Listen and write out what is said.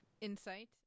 insight